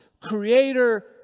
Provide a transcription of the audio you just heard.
creator